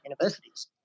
universities